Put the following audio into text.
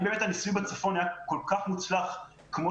אם באמת הניסוי בצפון היה כל כך מוצלח כמו